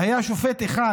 היה שופט אחד